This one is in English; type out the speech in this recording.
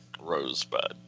Rosebud